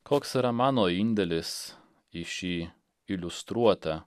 koks yra mano indėlis į šį iliustruotą